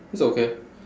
it's okay